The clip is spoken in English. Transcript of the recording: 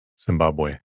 Zimbabwe